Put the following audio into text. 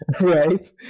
right